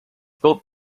built